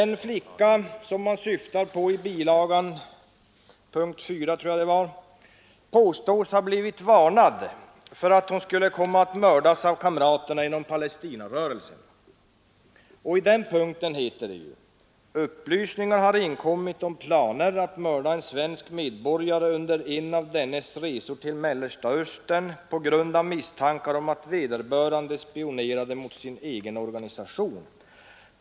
Den flicka man syftar på i bilagans punkt 4 påstås ha blivit varnad för att hon skulle komma att mördas av kamraterna inom Palestinarörelsen. I den punkten heter det: ”Upplysningar har inkommit om planer på att mörda en svensk medborgare under en av dennes resor till Mellersta Östern på grund av misstankar om att vederbörande spionerade mot sin egen organisation.